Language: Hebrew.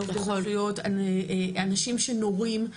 על אנשים שנורים,